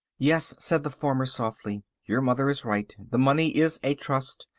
yes, said the farmer softly, your mother is right, the money is a trust,